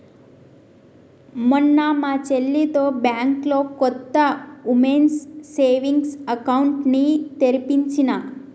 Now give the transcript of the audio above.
మొన్న మా చెల్లితో బ్యాంకులో కొత్త వుమెన్స్ సేవింగ్స్ అకౌంట్ ని తెరిపించినా